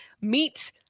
Meet